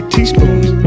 Teaspoons